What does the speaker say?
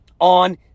on